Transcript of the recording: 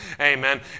amen